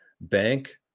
bank